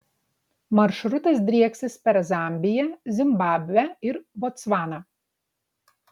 maršrutas drieksis per zambiją zimbabvę ir botsvaną